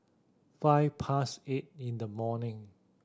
five past eight in the morning